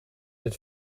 het